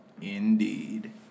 indeed